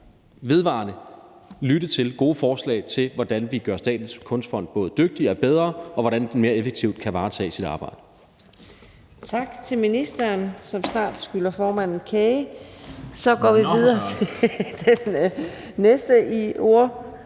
vedvarende lytte til gode forslag til, hvordan vi gør Statens Kunstfond både dygtigere og bedre, og hvordan den mere effektivt kan varetage sit arbejde.